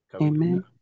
amen